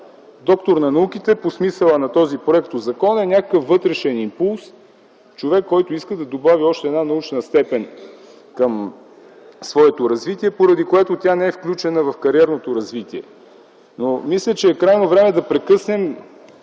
„Доктор на науките” по смисъла на този законопроект е някакъв вътрешен импулс, човек, който иска да добави още една научна степен към своето развитие, поради което тя не е включена в кариерното развитие. Мисля, че е крайно време да прекъснем